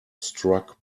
struck